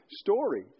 story